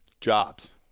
jobs